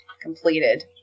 completed